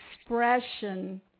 expression